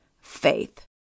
faith